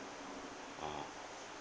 (uh huh)